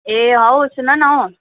ए हौ सुन न